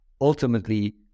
ultimately